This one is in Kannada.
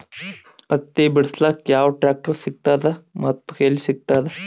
ಹತ್ತಿ ಬಿಡಸಕ್ ಯಾವ ಟ್ರಾಕ್ಟರ್ ಸಿಗತದ ಮತ್ತು ಎಲ್ಲಿ ಸಿಗತದ?